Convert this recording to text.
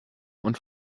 und